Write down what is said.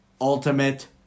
ultimate